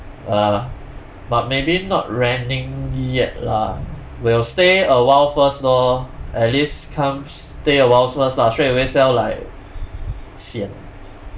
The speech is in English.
ah but maybe not renting yet lah will stay a while first lor at least come stay a while first lah straightaway sell like sian